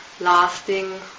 lasting